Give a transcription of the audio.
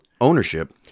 ownership